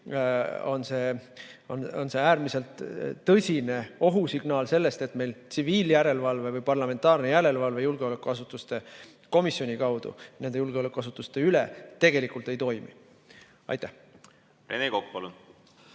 on see äärmiselt tõsine ohusignaal, et meil tsiviiljärelevalve või parlamentaarne järelevalve julgeolekuasutuste komisjoni kaudu nende julgeolekuasutuste üle tegelikult ei toimi. Rene Kokk,